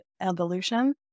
evolution